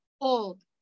old